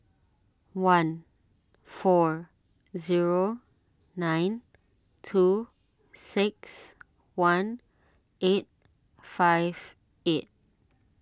one four zero nine two six one eight five eight